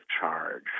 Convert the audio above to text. charge